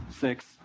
six